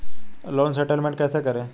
Loan settlement कैसे करें?